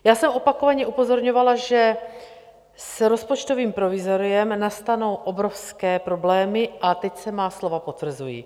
Já jsem opakovaně upozorňovala, že s rozpočtovým provizoriem nastanou obrovské problémy, a teď se má slova potvrzují.